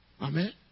Amen